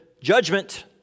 judgment